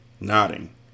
nodding